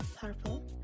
Purple